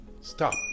stop